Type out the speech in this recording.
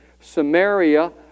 Samaria